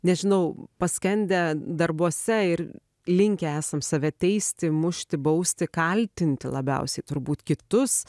nežinau paskendę darbuose ir linkę esam save teisti mušti bausti kaltinti labiausiai turbūt kitus